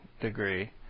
degree